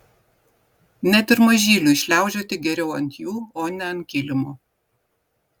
net ir mažyliui šliaužioti geriau ant jų o ne ant kilimo